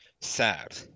sad